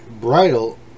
bridle